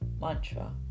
mantra